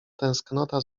tęsknota